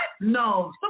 No